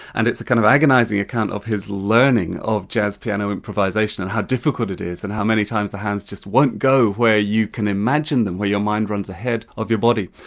and it's a kind of agonising account of his learning of jazz piano improvisation and how difficult it is, and how many times the hands just won't go where you can imagine them, where your mind runs ahead of your body.